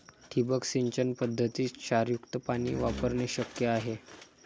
ठिबक सिंचन पद्धतीत क्षारयुक्त पाणी वापरणे शक्य आहे